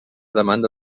demanda